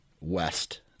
west